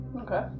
Okay